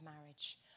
marriage